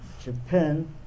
Japan